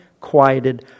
quieted